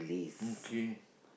okay